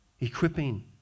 equipping